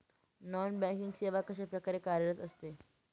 Non banking सेवा कशाप्रकारे कार्यरत असते?